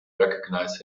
recognize